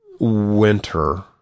winter